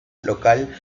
local